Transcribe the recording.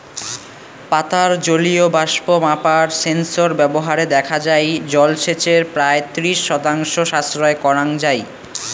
পাতার জলীয় বাষ্প মাপার সেন্সর ব্যবহারে দেখা যাই জলসেচের প্রায় ত্রিশ শতাংশ সাশ্রয় করাং যাই